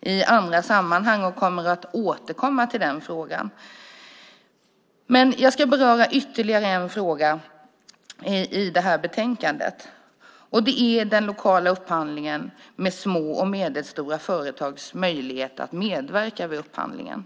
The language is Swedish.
i andra sammanhang och kommer att återkomma till frågan. Jag ska beröra ytterligare en fråga i betänkandet. Det gäller den lokala upphandlingen och små och medelstora företags möjligheter att medverka vid upphandlingen.